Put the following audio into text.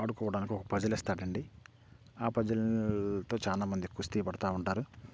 ఆడుకోవడానికి ఒక పజిల్ ఇస్తాడండి ఆ పజిల్తో చాల మంది కుస్తీ పడుతు ఉంటారు